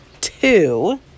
Two